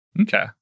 Okay